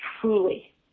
truly